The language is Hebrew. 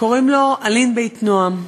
קוראים לו "אלין בית נועם".